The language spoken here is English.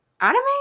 Anime